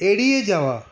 এড়িয়ে যাওয়া